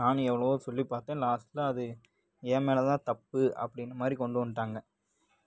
நானும் எவ்வளோவோ சொல்லி பார்த்தேன் லாஸ்ட்டில் அது என் மேல தான் தப்பு அப்படின்னு மாதிரி கொண்டு வந்துட்டாங்க